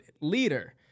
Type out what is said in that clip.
leader